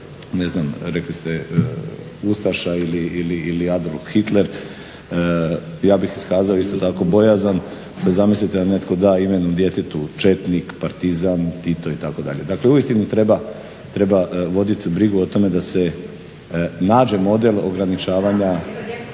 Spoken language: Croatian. djetetu rekli ste ustaša ili Adolf Hitler. Ja bih iskazao isto tako bojazan, sad zamislite da netko da imenu djetetu četnik, partizan, Tito itd. Dakle uistinu treba voditi brigu o tome da se nađe model ograničavanja…